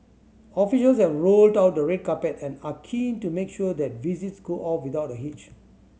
officials have rolled out the red carpet and are keen to make sure that visits go off without a hitch